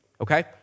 Okay